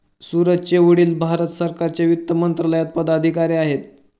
सूरजचे वडील भारत सरकारच्या वित्त मंत्रालयात पदाधिकारी आहेत